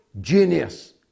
genius